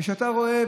יותר מזה,